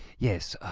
yes, ah,